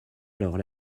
alors